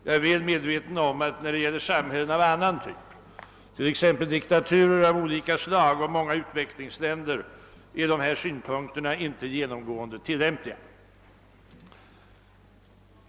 Jag är väl medveten om att när det gäller samhällen av annan typ, t.ex. diktaturer av olika slag och många utvecklingsländer, är dessa synpunkter inte genomgående tillämpliga.